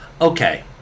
Okay